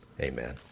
Amen